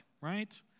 right